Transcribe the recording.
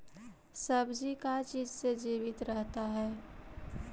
सब्जी का चीज से जीवित रहता है?